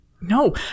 No